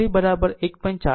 491 volt મળશે